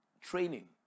training